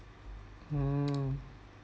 um